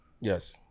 yes